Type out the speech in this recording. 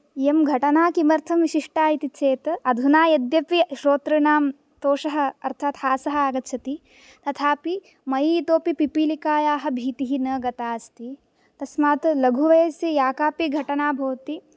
इयं घटना किमर्थं विशिष्टा इति चेत् अधुना यद्यपि श्रोतॄणां तोषः अर्थात् हासः आगच्छति तथापि मयि इतोऽपि पिपिलिकाः भीतिः न गता अस्ति तस्मात् लघु वयसि या कापि घटना भवति